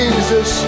Jesus